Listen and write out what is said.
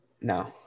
no